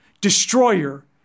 destroyer